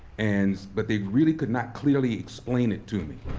and but they really could not clearly explain it to me.